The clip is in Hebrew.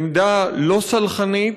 עמדה לא סלחנית,